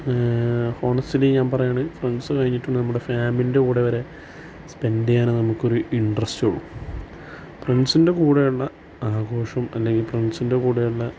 honestly ഞാൻ പറയാണ് friends കഴിഞ്ഞിട്ട് നമ്മുടെ ഫാമിലിൻ്റെ കൂടെ വരെ സ്പെൻഡ് ചെയ്യാൻ നമുക്കൊരു ഇൻട്രസ്റ്റുള്ളു ഫ്രണ്ട്സിൻ്റെ കൂടെയുള്ള ആഘോഷം അല്ലെങ്കിൽ ഫ്രണ്ട്സിൻ്റെ കൂടെയുള്ള